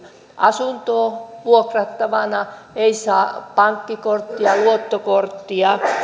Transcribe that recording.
asuntoa vuokrattua ei saa pankkikorttia luottokorttia